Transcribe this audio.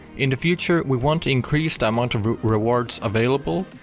in the future we want increase the amount of rewards available,